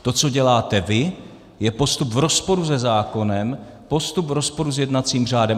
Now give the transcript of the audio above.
To, co děláte vy, je postup v rozporu se zákonem, postup v rozporu s jednacím řádem.